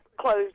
closed